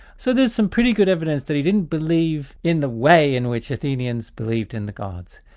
so there's some pretty good evidence that he didn't believe in the way in which athenians believed in the gods,